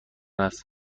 است